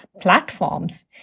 platforms